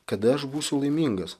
kada aš būsiu laimingas